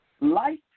Life